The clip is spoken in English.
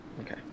Okay